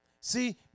See